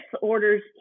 orders